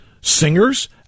Singers